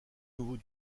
nouveau